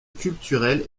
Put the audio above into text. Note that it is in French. culturel